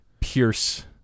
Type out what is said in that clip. pierce